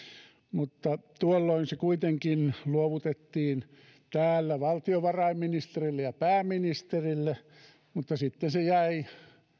mutta tuolloin se kuitenkin luovutettiin täällä valtiovarainministerille ja pääministerille mutta sitten se jäi